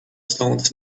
stones